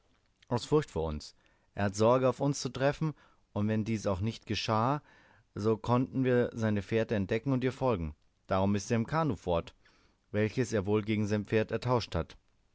aus furcht vor uns er hatte sorge auf uns zu treffen und wenn dies auch nicht geschah so konnten wir seine fährte entdecken und ihr folgen darum ist er im kanoe fort welches er wohl gegen sein pferd ertauscht hat